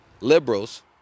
Liberals